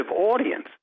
audience